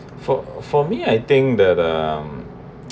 for for me I think that um